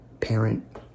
parent